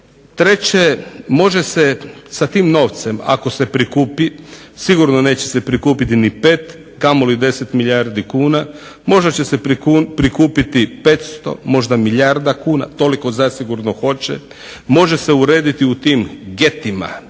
Treće, može se sa tim novcem ako se prikupi sigurno neće se prikupiti ni 5 kamoli 10 milijardi kuna, možda će se prikupiti 500 zasigurno milijarda kuna, može se urediti u tim getima,